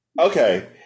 Okay